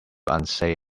unsay